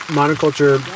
monoculture